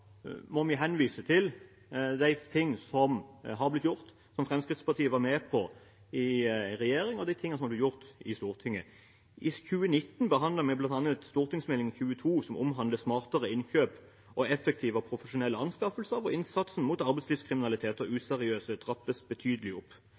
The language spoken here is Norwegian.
vi må henvise til ting som har blitt gjort, som Fremskrittspartiet var med på i regjering, og det som har blitt gjort i Stortinget. I 2019 behandlet vi bl.a. Meld. St. 22 for 2018–2019, som omhandler smartere innkjøp og effektive og profesjonelle anskaffelser, der innsatsen mot arbeidslivskriminalitet og